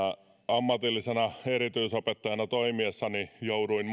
ammatillisena erityisopettajana toimiessani jouduin